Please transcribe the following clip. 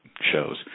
shows